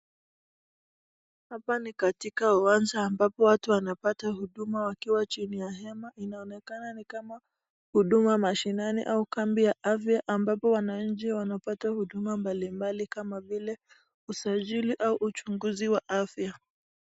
Hapa ni katika uwanja ambapo watu wanapata huduma wakiwa chini ya hema, inaomekana ni kama huduma mashinani au kambi ya afya ambapo wananchi wanapata huduma mbalimbali kama vile usajili au uchunguzi wa afya.